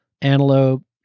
antelope